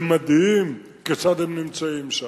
זה מדהים כיצד הם נמצאים שם,